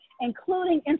including